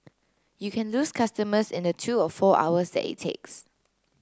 you can lose customers in the two or four hours that it takes